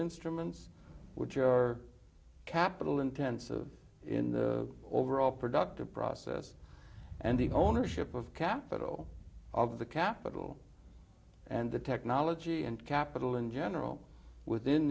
instruments which are capital intensive in the overall productive process and the ownership of capital of the capital and the technology and capital in general within